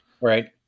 Right